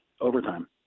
overtime